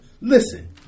Listen